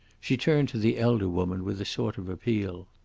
she turned to the elder woman with a sort of appeal.